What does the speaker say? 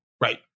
Right